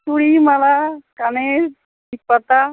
চুড়ি মালা কানের পাতা